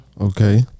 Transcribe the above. okay